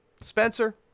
Spencer